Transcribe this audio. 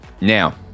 Now